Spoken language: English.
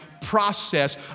process